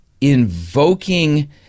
invoking